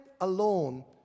alone